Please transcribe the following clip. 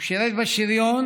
הוא שירת בשריון,